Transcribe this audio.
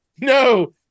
No